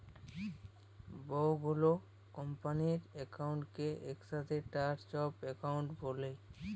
বহু গুলা কম্পালির একাউন্টকে একসাথে চার্ট অফ একাউন্ট ব্যলে